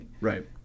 Right